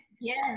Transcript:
Yes